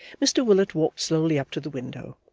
mr willet walked slowly up to the window,